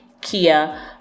Kia